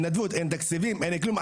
אין תקציבים אין כלום,